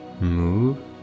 move